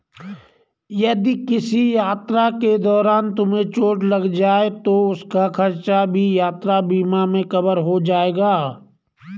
यदि किसी यात्रा के दौरान तुम्हें चोट लग जाए तो उसका खर्च भी यात्रा बीमा में कवर हो जाएगा